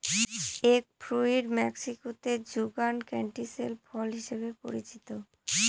egg fruit মেক্সিকোতে যুগান ক্যান্টিসেল ফল হিসাবে পরিচিত